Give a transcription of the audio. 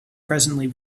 presently